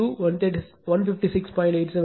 2 156